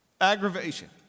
aggravation